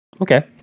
Okay